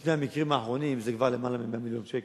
קיצוצי flat בשני המקרים האחרונים זה כבר למעלה מ-100 מיליון שקל.